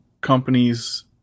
companies